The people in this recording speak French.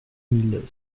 mille